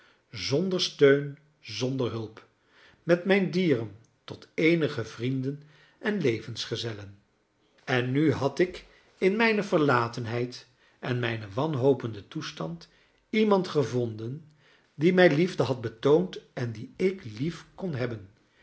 zonder steun zonder hulp met mijn dieren tot eenige vrienden en levensgezellen en nu had ik in mijne verlatenheid en mijn wanhopenden toestand iemand gevonden die mij liefde had betoond en die ik lief kon hebben